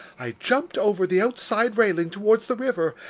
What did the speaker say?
i jumped over the outside railing towards the river,